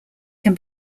can